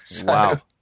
Wow